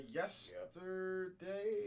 yesterday